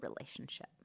relationship